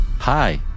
Hi